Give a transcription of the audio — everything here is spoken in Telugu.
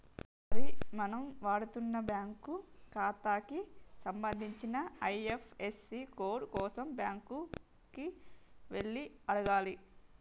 మరి మనం వాడుతున్న బ్యాంకు ఖాతాకి సంబంధించిన ఐ.ఎఫ్.యస్.సి కోడ్ కోసం బ్యాంకు కి వెళ్లి అడగాలి